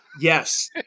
Yes